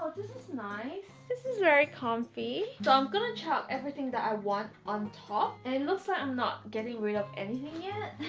this is nice! this is very comfy so i'm gonna chop everything that i want on top and it looks like i'm not getting rid of anything yet.